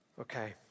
Okay